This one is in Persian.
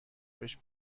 بهش